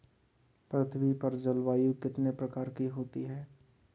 पृथ्वी पर जलवायु कितने प्रकार की होती है?